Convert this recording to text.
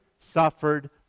suffered